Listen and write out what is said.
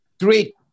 Great